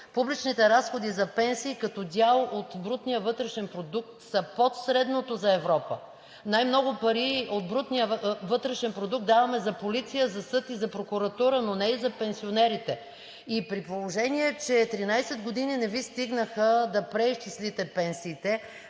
публичните разходи за пенсии като дял от брутния вътрешен продукт са под средното за Европа. Най-много пари от брутния вътрешен продукт даваме за полиция, съд и прокуратура, но не и за пенсионерите. При положение че 13 години не Ви стигнаха да преизчислите пенсиите,